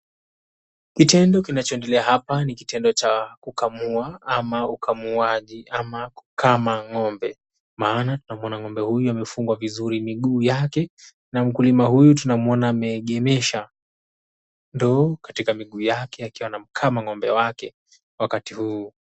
Kitendo kinachoendelea hapa ni kitendo cha kukamua ama ukamuaji ama kukama ng'ombe maana tunamuona ng'ombe huyu amefungwa vizuri miguu yake na mkulima huyu tunamuona ameegemesha ndoo katika miguu yake akiwa anamkama ng'ombe wake wakati huu.